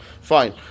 Fine